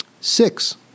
Six